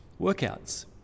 workouts